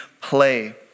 play